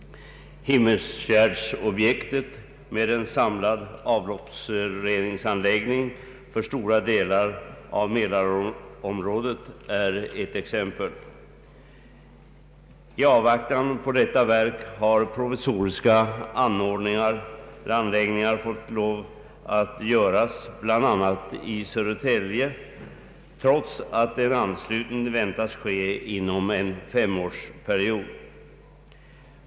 Himmersfjärdobjektet med en samlad avloppsreningsanläggning för stora delar av Mälarområdet är ett exempel. I avvaktan på detta verk har provisoriska anläggningar fått göras, bl.a. i Södertälje, trots att en anslutning väntas ske inom en femårsperiod.